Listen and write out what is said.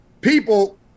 people